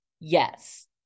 Yes